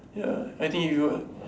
ya I think you